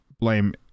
blame